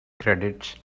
credits